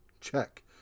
Check